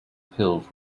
pills